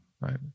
right